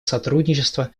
сотрудничества